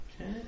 okay